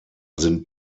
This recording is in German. sind